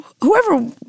whoever